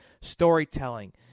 storytelling